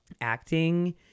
acting